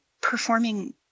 performing